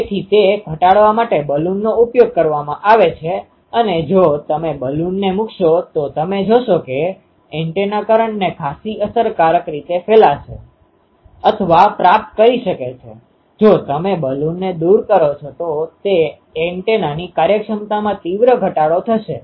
તેથી તે ઘટાડવા માટે બલૂનનો ઉપયોગ કરવામાં આવે છે અને જો તમે બલૂનને મૂકશો તો તમે જોશો કે એન્ટેના કરંટને ખાસ્સી અસરકારક રીતે ફેલાશે અથવા પ્રાપ્ત કરી શકે છે જો તમે બલૂનને દૂર કરો છો તો તે એન્ટેનાની કાર્યક્ષમતામાં તીવ્ર ઘટાડો થશે